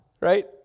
right